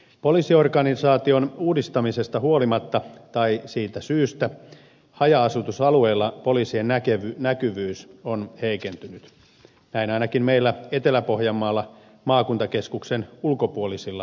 poliisiorganisaation uudistamisesta huolimatta tai siitä syystä haja asutusalueilla poliisien näkyvyys on heikentynyt näin ainakin meillä etelä pohjanmaalla maakuntakeskuksen ulkopuolisilla alueilla